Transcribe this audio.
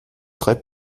treibt